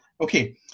Okay